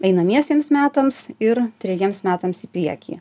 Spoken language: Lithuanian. einamiesiems metams ir trejiems metams į priekį